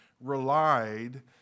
relied